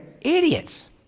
idiots